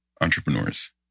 entrepreneurs